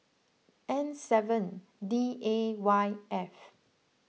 N seven D A Y F